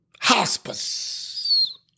hospice